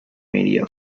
media